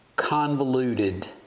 convoluted